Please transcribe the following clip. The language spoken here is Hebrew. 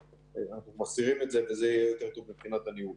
אנחנו מסדירים את זה וזה יהיה יותר טוב מבחינת הניהול.